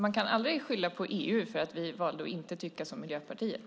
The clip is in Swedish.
Man kan aldrig skylla på EU att vi valde att inte tycka som Miljöpartiet.